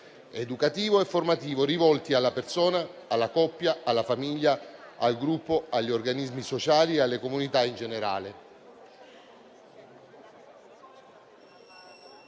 educativo e formativo rivolti alla persona, alla coppia, alla famiglia, al gruppo, agli organismi sociali e alle comunità in generale.